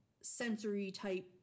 sensory-type